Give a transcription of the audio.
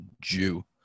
Jew